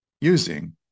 using